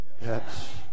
Yes